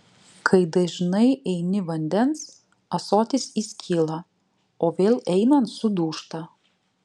kai dažnai eini vandens ąsotis įskyla o vėl einant sudūžta